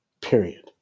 Period